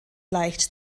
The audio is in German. leicht